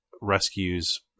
rescues